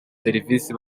serivisi